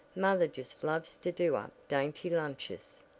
mother just loves to do up dainty lunches.